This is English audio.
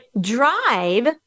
drive